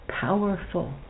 powerful